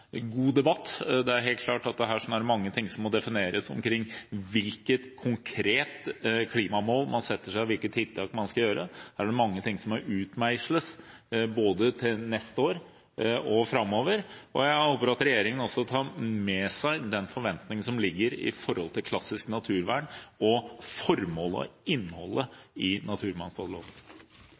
god debatt. Det er helt klart at det er mange ting som må defineres når det gjelder hvilket konkret klimamål man setter seg og hvilke tiltak man skal gjøre. Her er det mange ting som må utmeisles, både til neste år og framover. Jeg håper også at regjeringen tar med seg den forventningen som finnes når det gjelder klassisk naturvern og formålet og innholdet i naturmangfoldloven.